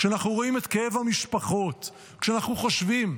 כשאנחנו רואים את כאב המשפחות, כשאנחנו חושבים,